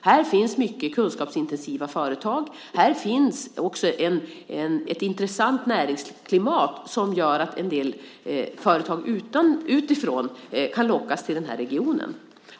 Här finns många kunskapsintensiva företag, och här finns också ett intressant näringsklimat som gör att en del företag utifrån kan lockas till denna region.